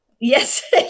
Yes